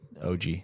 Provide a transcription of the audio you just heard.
OG